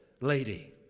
lady